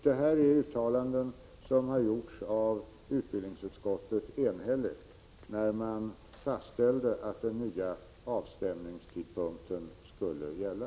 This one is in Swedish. Detta uttalande har gjorts av ett enhälligt utbildningsutskott, när man fastställde att den nya avstämningstidpunkten skulle gälla.